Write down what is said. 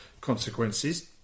consequences